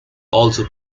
also